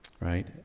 right